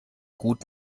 gut